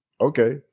Okay